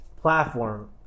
platform